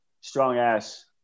strong-ass